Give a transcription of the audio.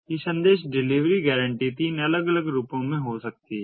ये संदेश delivery guarantee तीन अलग अलग रूपों में हो सकती है